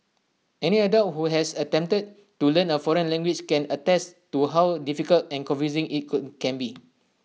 any adult who has attempted to learn A foreign language can attest to how difficult and confusing IT could can be